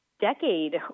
decade